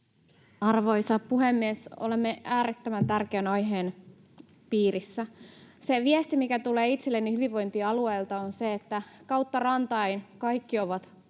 Arvoisa puhemies! Olemme äärettömän tärkeän aiheen piirissä. Se viesti, mikä tulee itselleni hyvinvointialueilta, on se, että kautta rantain kaikki ovat pulassa